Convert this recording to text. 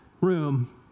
room